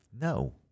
No